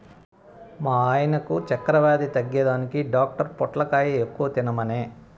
మా వాయినకు చక్కెర వ్యాధి తగ్గేదానికి డాక్టర్ పొట్లకాయ ఎక్కువ తినమనె